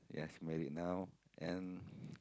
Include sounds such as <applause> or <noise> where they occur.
yes married now and <breath>